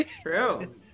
True